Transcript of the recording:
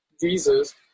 Jesus